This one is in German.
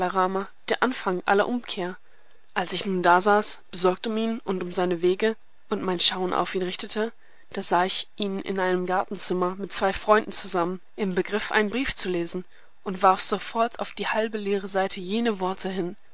der anfang aller umkehr als ich nun dasaß besorgt um ihn und um seine wege und mein schauen auf ihn richtete da sah ich ihn in einem gartenzimmer mit zwei freunden zusammen im begriff einen brief zu lesen und warf sofort auf die halbe leere seite jene worte hin